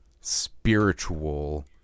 spiritual